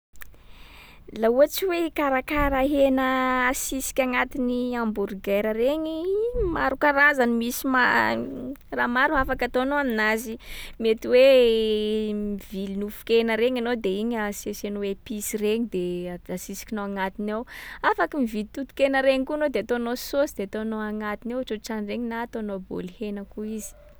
Laha ohatsy hoe hikarakara hena asisiky agnatin’ny hamburger regny, maro karazany. Misy ma- raha maro afaka ataonao aminazy. Mety hoe mivily nofon-kena regny anao de igny asiasianao episy regny, de a- asisikinao agnatiny ao. Afaky mividy totonkena regny koa anao de ataonao saosy de ataonao agnatiny ao, ohatrohatran’regny na ataonao baolihena koa izy.